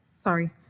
Sorry